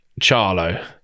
Charlo